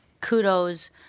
kudos